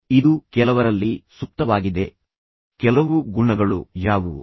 ಇದು ಕೆಲವರಲ್ಲಿ ಸುಪ್ತವಾಗಿದೆ ಮತ್ತು ನಂತರ ಸ್ವಯಂ ವಾಸ್ತವೀಕರಿಸಿ ಈ ಮಟ್ಟವನ್ನು ತಲುಪಲು ಜನರು ಬಯಸುವುದಿಲ್ಲ